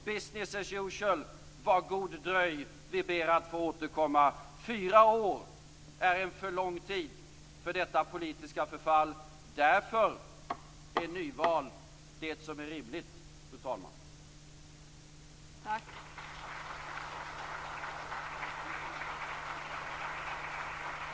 Business as usual, var god dröj, vi ber att få återkomma - fyra år är en för lång tid för detta politiska förfall! Därför är nyval det som är rimligt, fru talman.